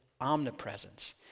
omnipresence